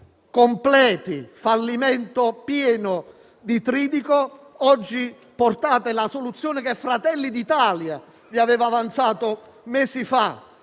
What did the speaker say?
Dopo il fallimento pieno di Tridico, oggi portate la soluzione che Fratelli d'Italia aveva avanzato mesi fa,